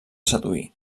seduir